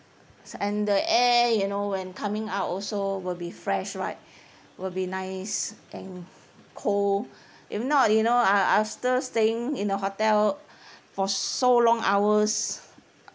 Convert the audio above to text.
and the air you know when coming out also will be fresh right will be nice and cold if not you know a~ after staying in the hotel for so long hours